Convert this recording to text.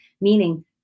meaning